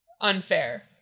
unfair